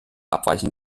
abweichen